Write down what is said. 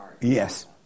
Yes